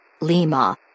Lima